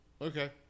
Okay